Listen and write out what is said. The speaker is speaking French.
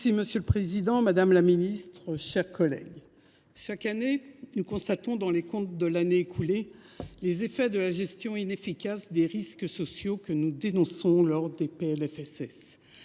Monge. Monsieur le président, madame la ministre, mes chers collègues, chaque année, nous constatons dans les comptes de l’année écoulée les effets de la gestion inefficace des risques sociaux que nous dénonçons lors des